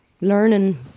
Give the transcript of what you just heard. learning